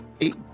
Eight